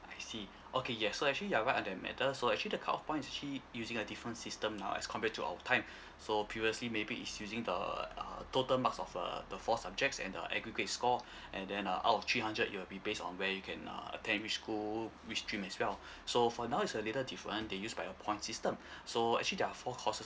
I see okay yes so actually you're right on that matter so actually the cutoff point is actually using a different system now as compared to our time so previously maybe is using the err total marks of uh the four subjects and the aggregate score and then uh out of three hundred it'll be based on where you can err attend which school which stream as well so for now it's a little different they use by a points system so actually there're four courses